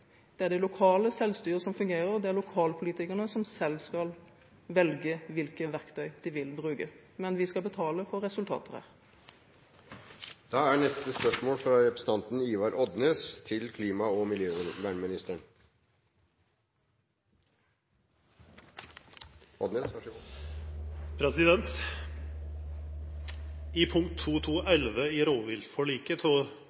Det er det lokale selvstyret som fungerer, og det er lokalpolitikerne som selv skal velge hvilke verktøy de vil bruke. Men vi skal betale for resultater her. «I punkt 2.2.11 i rovviltforliket av 2011 står det at «Uttak av jerv gjennomført av miljøforvaltningen skal så